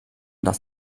dass